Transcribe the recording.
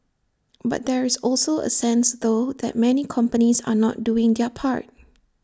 but there is also A sense though that many companies are not doing their part